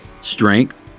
strength